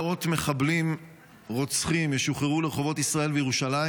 מאות מחבלים רוצחים ישוחררו לרחובות ישראל וירושלים.